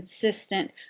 consistent